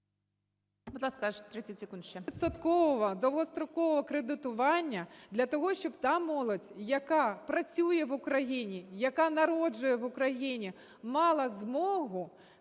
Будь ласка, 30 секунд ще.